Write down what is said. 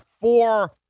four